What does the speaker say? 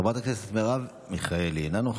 חברת הכנסת מרב מיכאלי, איננה.